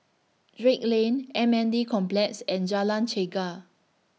Drake Lane M N D Complex and Jalan Chegar